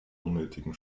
unnötigen